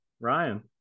Ryan